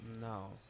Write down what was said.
No